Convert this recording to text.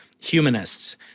humanists